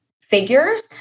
Figures